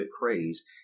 craze